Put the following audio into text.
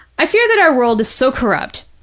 i fear that our world is so corrupt,